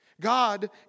God